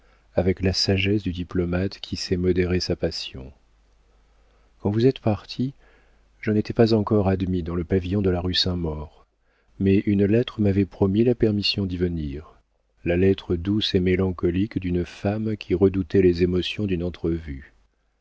avec la sagesse du diplomate qui sait modérer sa passion quand vous êtes parti je n'étais pas encore admis dans le pavillon de la rue saint-maur mais une lettre m'avait promis la permission d'y venir la lettre douce et mélancolique d'une femme qui redoutait les émotions d'une entrevue